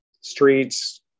streets